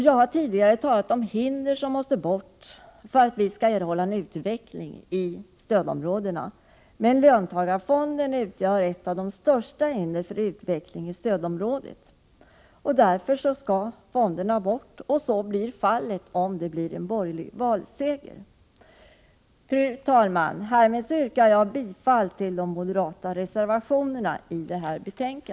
Jag har tidigare talat om de hinder som måste bort för att vi skall få en utveckling i stödområdena. Men löntagarfonden utgör ett av de största hindren för utveckling i stödområdet. : Därför skall fonderna bort, och så blir fallet om vi får en borgerlig valseger. Fru talman! Härmed yrkar jag bifall till de moderata reservationerna.